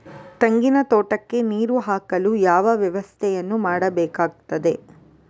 ತೆಂಗಿನ ತೋಟಕ್ಕೆ ನೀರು ಹಾಕಲು ಯಾವ ವ್ಯವಸ್ಥೆಯನ್ನು ಮಾಡಬೇಕಾಗ್ತದೆ?